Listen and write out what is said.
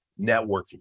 networking